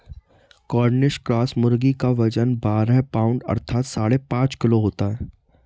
Cornish cross मुर्गी का वजन बारह पाउण्ड अर्थात साढ़े पाँच किलो होता है